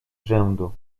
rzędu